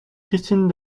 christine